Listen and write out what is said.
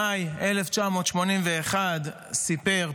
במאי 1981 סיפר,